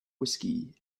whiskey